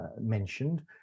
mentioned